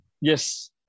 Yes